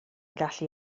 gallu